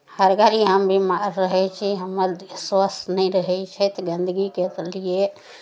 हर घड़ी हम बिमार रहैत छी हमर स्वास्थ्य नहि रहैत छथि गन्दगीके लिए